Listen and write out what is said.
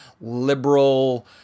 liberal